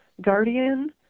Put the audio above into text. guardian